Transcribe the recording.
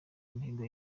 mihigo